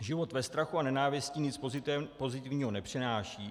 Život ve strachu a nenávisti nic pozitivního nepřináší.